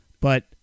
But-